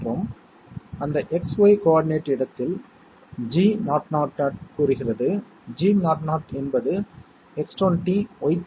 அதே வழியில் வலது புறத்தில் OR கேட்க்கான சிக்னல் காட்டப்பட்டுள்ளது A OR B என்பது இதன் விளைவாகும்